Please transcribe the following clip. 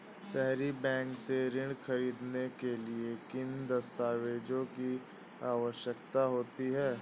सहरी बैंक से ऋण ख़रीदने के लिए किन दस्तावेजों की आवश्यकता होती है?